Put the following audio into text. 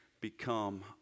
become